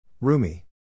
Rumi